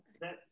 That-